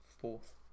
fourth